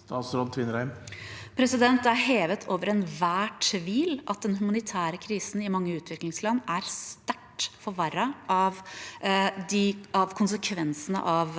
Kristiansen Tvinnereim Det er hevet over enhver tvil at den humani- tære krisen i mange utviklingsland er sterkt forverret av konsekvensene av